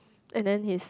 and then he's